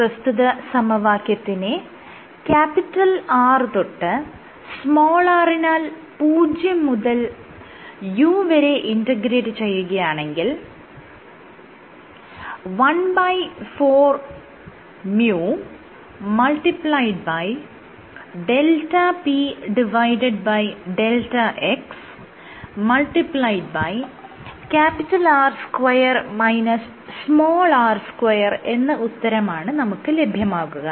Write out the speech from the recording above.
പ്രസ്തുത സമവാക്യത്തിനെ R തൊട്ട് r നാൽ പൂജ്യം മുതൽ u വരെ ഇൻഗ്രേറ്റ് ചെയ്യുകയാണെങ്കിൽ 14µδpδx R2 r2 എന്ന ഉത്തരമാണ് നമുക്ക് ലഭ്യമാകുക